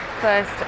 First